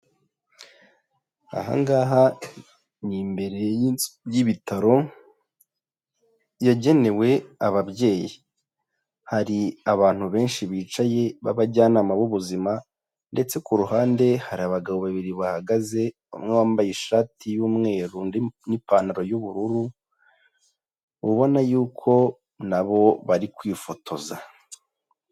Aha ngaha ni imbere y'ibitaro yagenewe ababyeyi. Hari abantu benshi bicaye b'abajyanama b'ubuzima ndetse ku ruhande hari abagabo babiri bahagaze, umwe wambaye ishati y'umweru n'ipantaro y'ubururu, ubona yuko na bo bari kwifotoza.